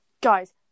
guys